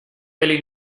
peli